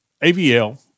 AVL